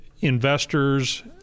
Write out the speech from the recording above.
investors